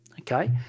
Okay